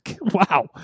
Wow